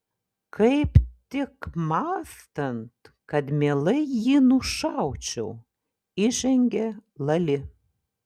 kaip tik mąstant kad mielai jį nušaučiau įžengė lali